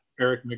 Eric